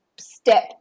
step